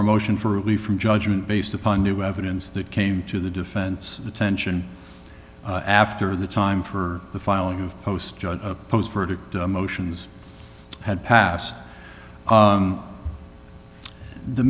our motion for relief from judgment based upon new evidence that came to the defense attention after the time for the filing of post judge post verdict motions had passed